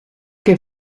que